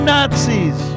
Nazis